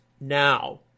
now